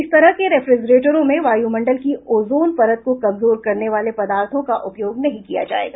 इस तरह के रेफ्रीजरेटरों में वायुमंडल की ओजोन परत को कमजोर करने वाले पदार्थों का उपयोग नहीं किया जाएगा